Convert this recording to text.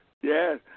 yes